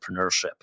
entrepreneurship